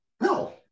no